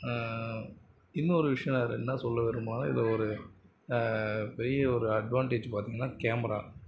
இன்னொரு விஷயம் அதில் என்ன சொல்ல விரும்புகிறேனா இதில் ஒரு பெரிய ஒரு அட்வான்டேஜ் பார்த்திங்கனா கேமரா